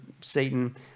Satan